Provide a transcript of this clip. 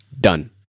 done